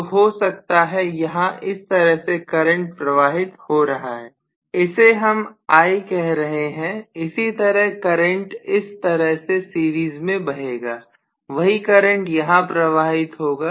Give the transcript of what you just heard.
तो हो सकता है यहाँ इस तरह से करंट प्रवाहित हो रहा है इसे हम I कह रहे हैं इसी तरह करंट इस तरह से सीरीज़ में बहेगा वही करंट यहाँ प्रवाहित होगा